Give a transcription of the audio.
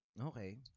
Okay